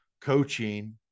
coaching